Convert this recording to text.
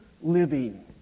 living